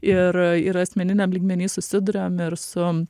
ir ir asmeniniam lygmeny susiduriam ir su